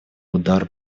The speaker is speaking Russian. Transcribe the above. удар